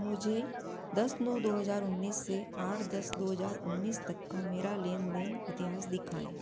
मुझे दस नौ दो हज़ार उन्नीस से आठ दस दो हज़ार उन्नीस तक का मेरा लेनदेन इतिहास दिखाएँ